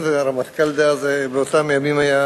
והרמטכ"ל דאז, באותם ימים, היה